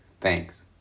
Thanks